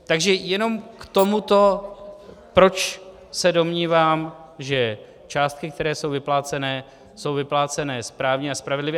Takže jenom k tomuto, proč se domnívám, že částky, které jsou vyplácené, jsou vyplácené správně a spravedlivě.